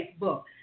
Facebook